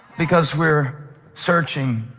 because we're searching